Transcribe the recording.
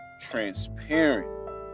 transparent